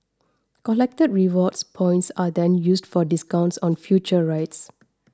collected rewards points are then used for discounts on future rides